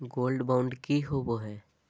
Gold bond की होबो है?